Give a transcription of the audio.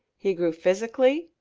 he grew physically,